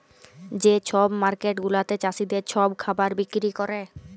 যে ছব মার্কেট গুলাতে চাষীদের ছব খাবার বিক্কিরি ক্যরে